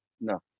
no